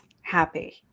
happy